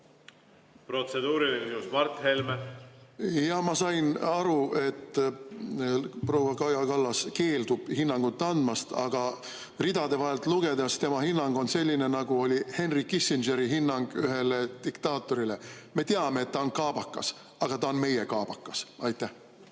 Protseduuriline küsimus, Mart Helme. Jaa, ma sain aru, et proua Kaja Kallas keeldub hinnangut andmast, aga ridade vahelt lugedes tema hinnang on selline, nagu oli Henry Kissingeri hinnang ühele diktaatorile: "Me teame, et ta on kaabakas, aga ta on meie kaabakas."